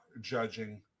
judging